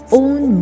own